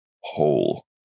whole